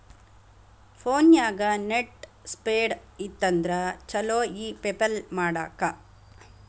ಫೋನ್ಯಾಗ net speed ಇತ್ತಂದ್ರ ಚುಲೊ ಇ ಪೆಪಲ್ ಮಾಡಾಕ